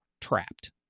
trapped